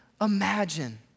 imagine